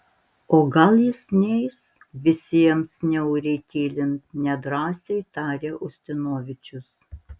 o gal jis neis visiems niauriai tylint nedrąsiai tarė ustinovičius